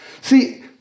See